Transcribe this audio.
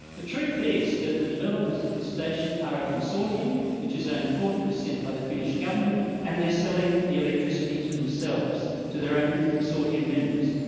the truth is that the developers of this station are a consortium, which is owned forty percent by the finnish government and they're selling the electricity to themselves, to their own consortium members.